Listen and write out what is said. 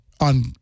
on